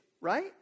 right